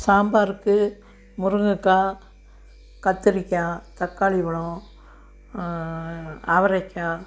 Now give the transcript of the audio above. சாம்பாருக்கு முருங்கைக்கா கத்திரிக்காய் தக்காளிப்பழம் அவரைக்காய்